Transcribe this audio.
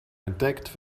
entdeckt